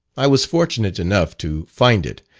i was fortunate enough to find it,